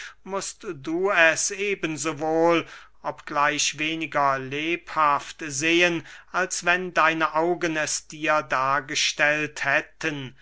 mußt du es eben so wohl obgleich weniger lebhaft sehen als wenn deine augen es dir dargestellt hätten